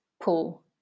pull